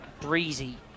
breezy